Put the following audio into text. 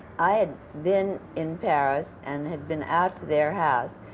i had been in paris, and had been out to their house,